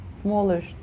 smaller